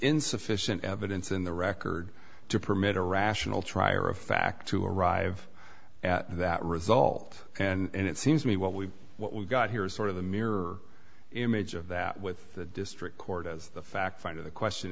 insufficient evidence in the record to permit a rational trier of fact to arrive at that result and it seems to me what we've what we've got here is sort of a mirror image of that with the district court as the fact finder the question